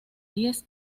diez